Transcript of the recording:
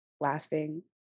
laughing